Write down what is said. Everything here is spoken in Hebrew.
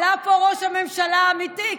עלה פה ראש הממשלה האמיתי,